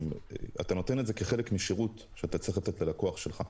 אתה נותן את זה כחלק משירות שאתה צריך לתת ללקוח שלך,